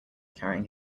carrying